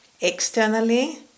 externally